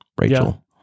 Rachel